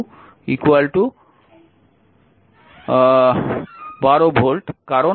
সুতরাং v2 12 volt